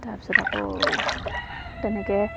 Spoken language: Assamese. তাপিছত আকৌ তেনেকৈ